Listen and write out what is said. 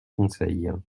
conseil